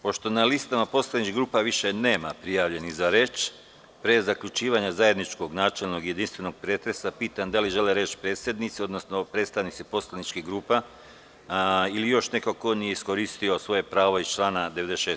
Pošto na listama poslaničkih grupa više nema prijavljenih za reč, pre zaključivanja zajedničkog načelnog i jedinstvenog pretresa, pitam da li žele reč predsednici odnosno predstavnici poslaničkih grupa ili još neko ko nije iskoristio svoje pravo iz člana 96.